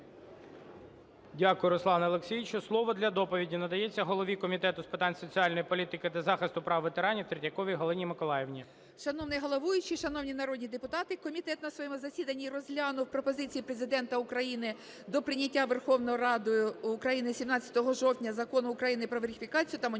Дякую, Руслане Олексійовичу. Слово для доповіді надається голові Комітету з питань соціальної політики та захисту прав ветеранів Третьяковій Галині Миколаївні. 19:31:04 ТРЕТЬЯКОВА Г.М. Шановний головуючий! Шановні народні депутати! Комітет на своєму засіданні розглянув пропозиції Президента України до прийняття Верховною Радою України 17 жовтня Закону України "Про верифікацію та моніторинг